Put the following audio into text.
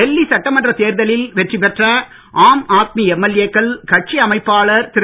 டெல்லி சட்டமன்றத் தேர்தலில் வெற்றி பெற்ற Aam Aadmi M L ஏக்கள் கட்சி அமைப்பாளர் திரு